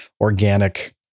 organic